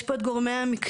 יש פה את גורמי המקצוע,